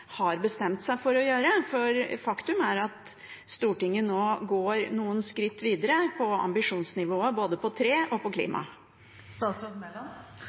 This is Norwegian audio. har bestemt seg for å gjøre. Faktum er at Stortinget nå går noen skritt videre på ambisjonsnivået når det gjelder både tre og klima.